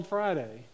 Friday